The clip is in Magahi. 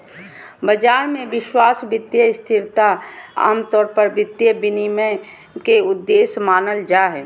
बाजार मे विश्वास, वित्तीय स्थिरता आमतौर पर वित्तीय विनियमन के उद्देश्य मानल जा हय